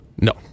No